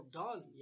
done